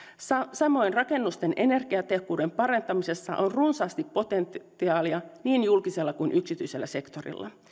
samoin rakennusten energiatehokkuuden parantamisessa on runsaasti potentiaalia niin julkisella kuin yksityisellä sektorilla